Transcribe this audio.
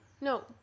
No